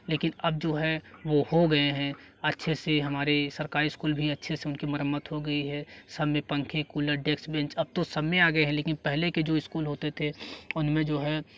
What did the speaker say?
लेकिन अब जो है वो हो गए हैं अच्छे से हमारे सरकारी स्कूल भी अच्छे से उनकी मरम्मत हो गई है सब में पंखे कूलर डेस्क बेंच अब तो सब में आ गए हैं लेकिन पहले के जो स्कूल होते थे उन में जो है